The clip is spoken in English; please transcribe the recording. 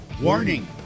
warning